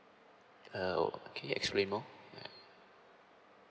uh okay explain more